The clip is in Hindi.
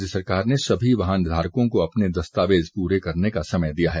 राज्य सरकार ने सभी वाहन धारकों को अपने दस्तावेज पूरे करने का समय दिया है